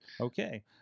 okay